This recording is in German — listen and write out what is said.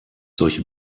solche